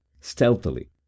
stealthily